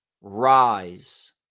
rise